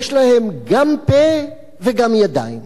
יש להם גם פה וגם ידיים.